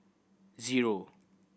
zero